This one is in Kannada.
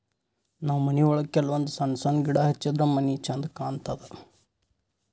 ನಾವ್ ಮನಿಯೊಳಗ ಕೆಲವಂದ್ ಸಣ್ಣ ಸಣ್ಣ ಗಿಡ ಹಚ್ಚಿದ್ರ ಮನಿ ಛಂದ್ ಕಾಣತದ್